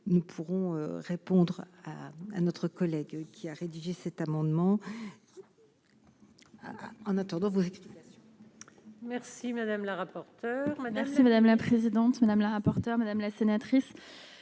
nous pourrons répondre à notre collègue qui a rédigé cet amendement en attendant vous explications. Merci madame la rapporteure. Merci madame la présidente, madame la rapporteure, madame la sénatrice.